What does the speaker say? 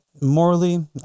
morally